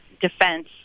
defense